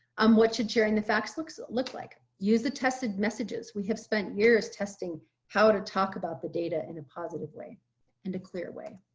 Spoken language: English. um, what should sharing the facts looks. looks like use the tested messages we have spent years testing how to talk about the data in a positive way and declare way.